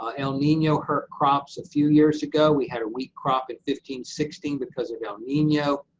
ah el nino hurt crops a few years ago, we had a weak crop in fifteen sixteen, because of el nino,